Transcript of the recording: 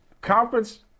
Conference